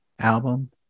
album